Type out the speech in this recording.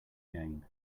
gain